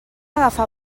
agafar